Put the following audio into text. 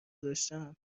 داشتم